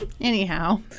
Anyhow